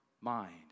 mind